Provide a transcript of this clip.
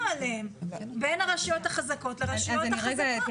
עליהם בין הרשויות החזקות לרשויות החלשות.